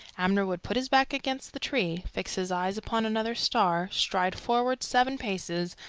abner would put his back against the tree, fix his eyes upon another star, stride forward seven paces,